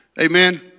amen